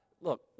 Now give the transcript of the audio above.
look